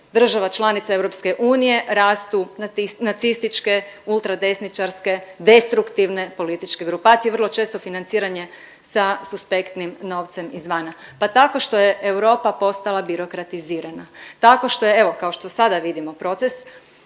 država članica EU rastu nacističke, ultradesničarske, destruktivne političke grupacije vrlo često financirane sa suspektnim novcem izvana? Pa tako što je Europa postala birokratizirana, tako što je evo kao što sada vidimo proces